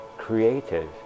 Creative